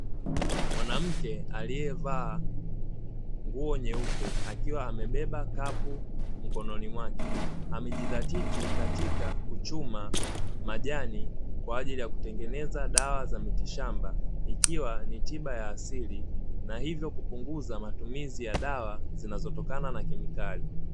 Mwanamke aliyevaa nguo nyeupe, akiwa amebeba kapu mkononi mwake amejidhatiti katika kuchuma majani kwa ajili ya kutengeneza dawa za mitishamba, ikiwa ni tiba ya asili na hivyo kupunguza matumizi ya dawa zinazotokana na kemikali.